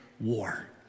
war